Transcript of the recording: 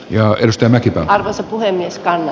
ja jos tämäkin on osa puhemies kalle